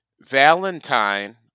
Valentine